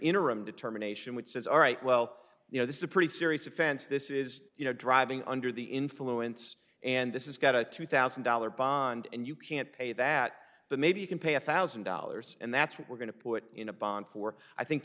interim determination which says all right well you know this is a pretty serious offense this is you know driving under the influence and this is got a two thousand dollars bond and you can't pay that the maybe you can pay a thousand dollars and that's what we're going to put in a bond for i think